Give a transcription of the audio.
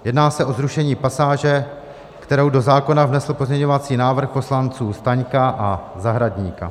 Jedná se o zrušení pasáže, kterou do zákona vnesl pozměňovací návrh poslanců Staňka a Zahradníka.